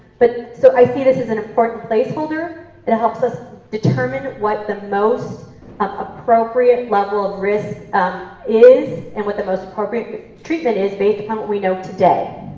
but so i see this as an important placeholder that and helps us determine what the most appropriate level of risk is and what the most appropriate treatment is based on what we know today.